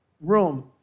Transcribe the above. room